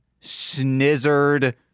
Snizzard